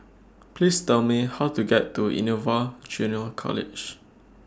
Please Tell Me How to get to Innova Junior College